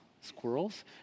squirrels